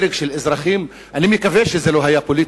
הרג של אזרחים, אני מקווה שזה לא היה פוליטי.